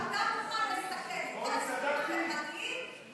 אתה מוכן לסכן את כל הנושאים החברתיים.